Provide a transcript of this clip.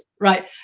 right